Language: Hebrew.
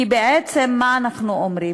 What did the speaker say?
כי בעצם מה אנחנו אומרים?